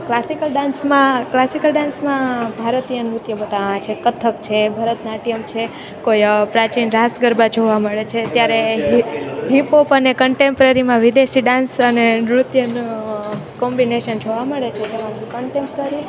classical ડાન્સમાં classical ડાન્સમાં ભારતીય નૃત્ય બતાવામાં આવે છે કથક છે ભરતનાટ્યમ છે કોઈ પ્રાચીન રાસ ગરબા જોવા મળે છે અત્યારે હિપ હોપ અને કન્ટેમ્પરરીમાં વિદેશી ડાન્સ અને નૃત્યનો કોમ્બિનેશન જોવા મળે છે જેમાં કન્ટેમ્પરરી